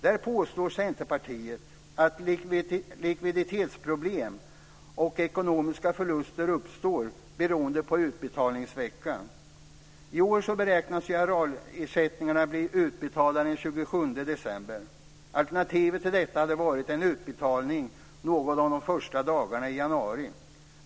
Där påstår Centerpartiet att likviditetsproblem och ekonomiska förluster uppstår beroende på utbetalningsveckan. I år beräknas arealersättningarna bli utbetalda den 27 december. Alternativet till detta hade varit en utbetalning någon av de första dagarna i januari.